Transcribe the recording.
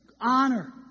honor